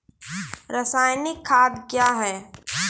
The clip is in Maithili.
रसायनिक खाद कया हैं?